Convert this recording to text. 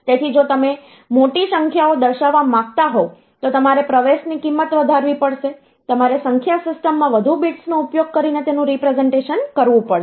તેથી જો તમે મોટી સંખ્યાઓ દર્શાવવા માંગતા હોવ તો તમારે પ્રવેશની કિંમત વધારવી પડશે તમારે સંખ્યા સિસ્ટમમાં વધુ બિટ્સનો ઉપયોગ કરીને તેનું રીપ્રેસનટેશન કરવું પડશે